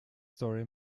story